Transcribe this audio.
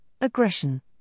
aggression